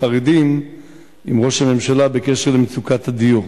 החרדים עם ראש הממשלה בקשר למצוקת הדיור.